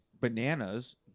bananas